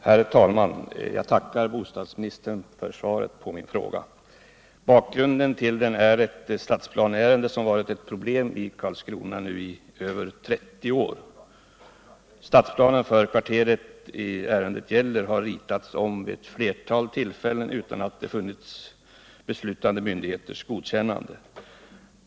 Herr talman! Jag tackar bostadsministern för svaret på min fråga. Bakgrunden till den är ett stadsplaneärende som varit ett problem i Karlskrona i nu över 30 år. Stadsplanen för kvarteret som ärendet gäller har ritats om vid ett flertal tillfällen utan att vinna beslutande myndigheters godkännande.